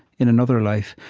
in another life,